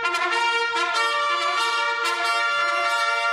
(חברי הכנסת מכבדים בקימה את צאת נשיא